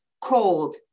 cold